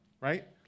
right